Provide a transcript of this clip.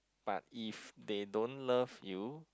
but if they don't love you